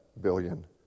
billion